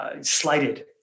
slighted